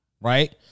right